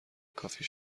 کافی